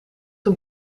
een